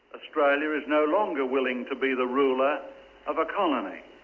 australia is no longer willing to be the ruler of a colony,